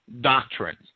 doctrine